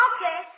Okay